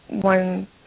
one